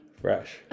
Fresh